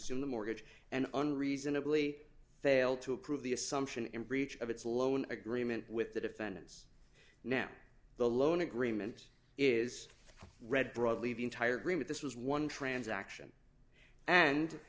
assume the mortgage and unreasonably failed to approve the assumption in breach of its loan agreement with the defendants now the loan agreement is read broadly the entire remit this was one transaction and